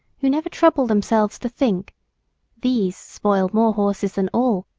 who never trouble themselves to think these spoil more horses than all,